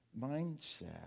mindset